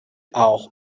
auch